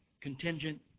contingent